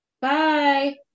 Bye